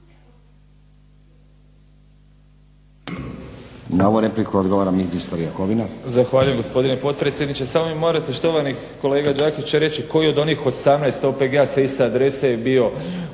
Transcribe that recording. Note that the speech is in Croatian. Na ovu repliku odgovara ministar Jakovina.